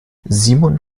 simon